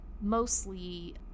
mostly